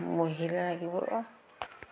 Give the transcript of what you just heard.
মহিলা